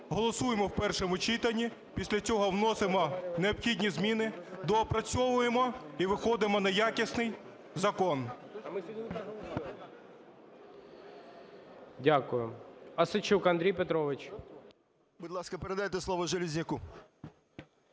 голосуємо в першому читанні, після цього вносимо необхідні зміни, доопрацьовуємо і виходимо на якісний закон.